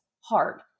hard